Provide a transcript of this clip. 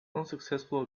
unsuccessful